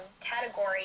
category